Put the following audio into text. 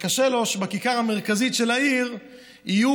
וקשה לו שבכיכר המרכזית של העיר יהיו